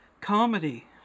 Comedy